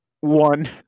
One